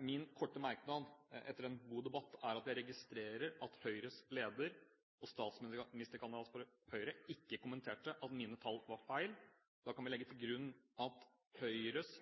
Min korte merknad etter en god debatt er at jeg registrerer at Høyres leder og statsministerkandidat for Høyre ikke kommenterte at mine tall var feil. Da kan vi legge til grunn at Høyres